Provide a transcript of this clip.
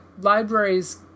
libraries